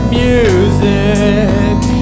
music